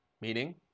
Meaning